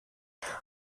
der